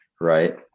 right